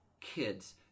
kids